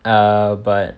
err but